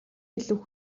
илүү